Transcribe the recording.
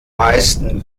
meisten